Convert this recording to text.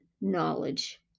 knowledge